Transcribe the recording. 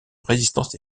résistance